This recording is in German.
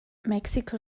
mexiko